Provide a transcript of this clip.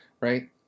right